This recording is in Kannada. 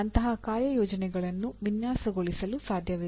ಅಂತಹ ಕಾರ್ಯಯೋಜನೆಗಳನ್ನು ವಿನ್ಯಾಸಗೊಳಿಸಲು ಸಾಧ್ಯವಿದೆ